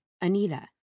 Anita